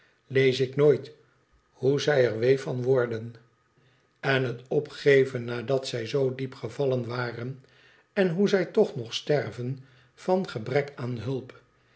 lees ik nooit hoe zij er wee van worden en het opgeven nadat zij zoo diep gevallen waren en hoe zij tch nog sterven van gebrek aan hulp